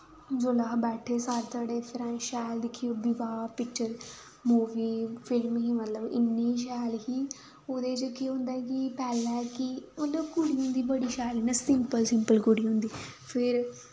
जुल्लै अस बैठे सारे धड़े फिर असें शैल दिक्खी विवाह पिक्चर मूवी फिल्म ही मतलब इन्नी शैल ही ओह्दे च केह् होंदा ऐ कि पैह्लें कि मतलब कुड़ियें दी बड़ी शैल इ'यां सिंपल सिंपल कुड़ी होंदी फिर